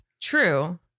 True